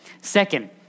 Second